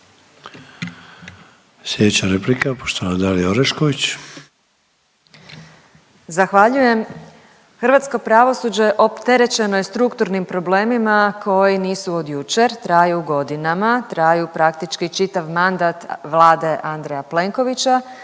Dalija (Stranka s imenom i prezimenom)** Zahvaljujem. Hrvatsko pravosuđe opterećeno je strukturnim problemima koji nisu od jučer, traju godinama, traju praktički čitav mandat vlade Andreja Plenkovića